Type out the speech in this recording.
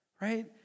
right